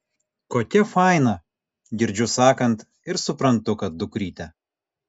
kokia faina girdžiu sakant ir suprantu kad dukrytė